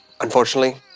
Unfortunately